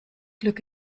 glück